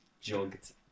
jogged